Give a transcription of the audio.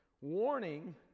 warning